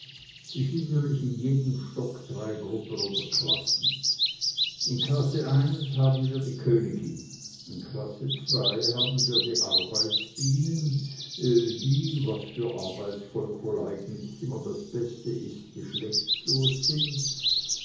da sind nämlich in jedem stock drei gruppen oder klassen in klasse eins haben wir die königin in klasse zwei haben wir die arbeitsbienen die was für alles arbeitsvolk wohl eigentlich immer das beste ist geschlechtslos sind